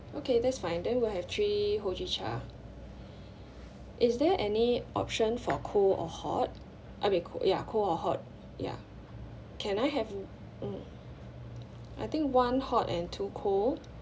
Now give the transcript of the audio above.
okay that's fine then will have three hojicha is there any option for cool or hot I mean co~ ya cool or hot ya can I have mm I think one hot and two cold